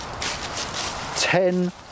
Ten